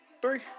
three